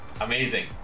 amazing